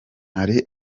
hari